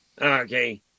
Okay